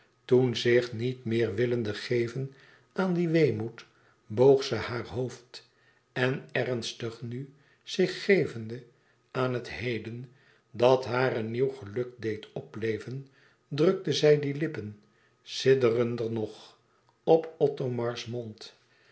toen zich niet meer willende geven aan dien weemoed boog ze haar hoofd en ernstig nu zich gevende aan het heden dat haar van nieuw geluk deed opleven drukte zij die lippen sidderender nog op othomars mond